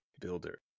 builder